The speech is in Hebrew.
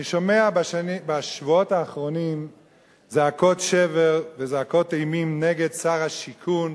אני שומע בשבועות האחרונים זעקות שבר וזעקות אימים נגד שר השיכון,